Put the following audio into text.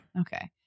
Okay